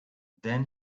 then